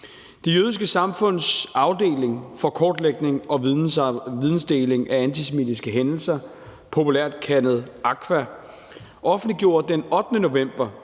Det jødiske samfunds Afdeling for Kortlægning og Videndeling af Antisemitiske Hændelser, populært kaldet AKVAH, offentliggjorde den 8. november